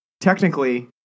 technically